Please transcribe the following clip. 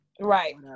right